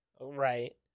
Right